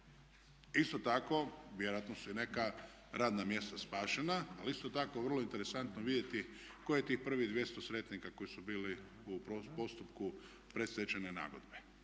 Isto tako vjerojatno su i neka radna mjesta spašena ali isto tako je vrlo interesantno vidjeti koje tih prvih 200 sretnika koji su bili u postupku predstečajne nagodbe.